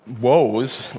woes